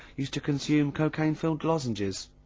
used to consume cocaine-filled lozenges.